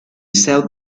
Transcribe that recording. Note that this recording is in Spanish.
south